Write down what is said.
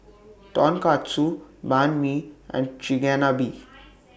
Tonkatsu Banh MI and Chigenabe